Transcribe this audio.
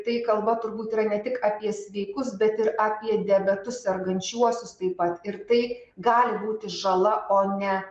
tai kalba turbūt yra ne tik apie sveikus bet ir apie diabetu sergančiuosius taip pat ir tai gali būti žala o ne